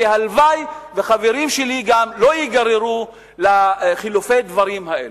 והלוואי שחברים שלי לא ייגררו לחילופי הדברים האלו.